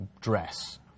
dress